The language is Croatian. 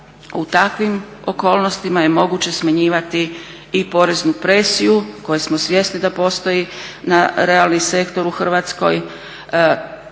u takvim okolnostima je moguće smanjivati i poreznu presiju koje smo svjesni da postoji na realni sektor u Hrvatskoj.